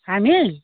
हामी